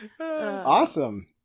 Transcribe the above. Awesome